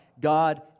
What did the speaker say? God